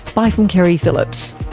bye from keri phillips